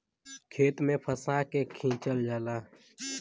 खेत में फंसा के खिंचल जाला